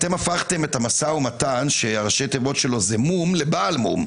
אתם הפכתם את המשא ומתן שראשי התיבות שלו הוא מו"מ לבעל מום.